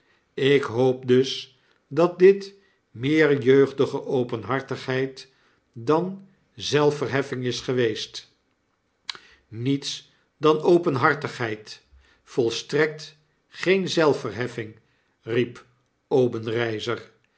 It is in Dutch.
ik hoop dus dat dit meerjeugdigeopenhartigheid dan zelfverheffing is geweest b niets dan openhartigheid volstrekt geen zelfverheffing riep obenreizer